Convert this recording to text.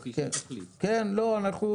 כן, מה עוד?